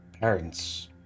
parents